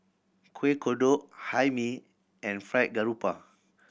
Kueh Kodok Hae Mee and Fried Garoupa